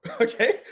okay